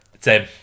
Tim